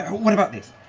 what about this?